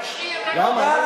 תשאיר משהו.